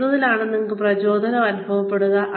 എന്തിലാണ് നിങ്ങൾക്ക് പ്രചോദനം അനുഭവപ്പെടുക